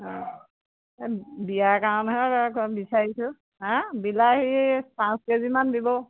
অঁ বিয়াৰ কাৰণেহে বিচাৰিছোঁ হা বিলাহী পাঁচ কেজিমান দিব